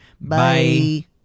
Bye